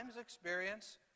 experience